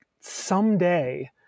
someday